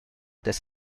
des